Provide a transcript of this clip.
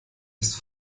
ist